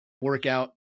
workout